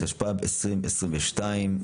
התשפ"ב-2022.